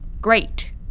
Great